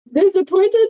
Disappointed